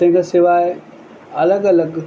तंहिंखां सवाइ अलॻि अलॻि